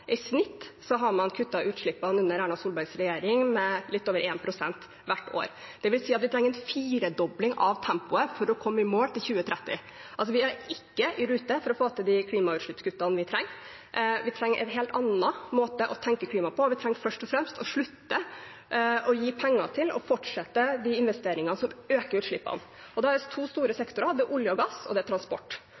I snitt har man under Erna Solbergs regjering kuttet utslippene med litt over 1 pst. hvert år. Det vil si at vi trenger en firedobling av tempoet for å komme i mål til 2030. Vi er altså ikke i rute for å få til de klimautslippskuttene vi trenger. Vi trenger en helt annen måte å tenke klima på. Vi trenger først og fremst å slutte å gi penger til de investeringene som øker utslippene. Det gjelder to store sektorer: olje og gass og